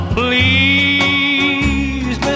please